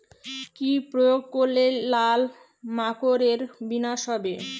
কি প্রয়োগ করলে লাল মাকড়ের বিনাশ হবে?